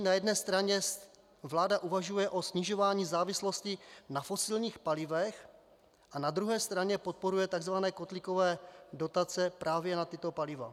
Na jedné straně vláda uvažuje o snižování závislosti na fosilních palivech a na druhé straně podporuje tzv. kotlíkové dotace právě na tato paliva.